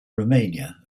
romania